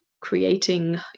creating